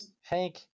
Hank